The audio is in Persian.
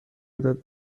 داده